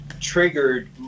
triggered